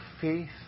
faith